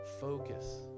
Focus